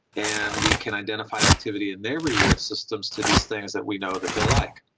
and we can identify activity in their reward systems to these things that we know that they like.